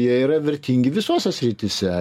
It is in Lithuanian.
jie yra vertingi visose srityse